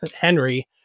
Henry